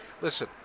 listen